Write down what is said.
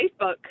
Facebook